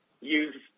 use